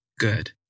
good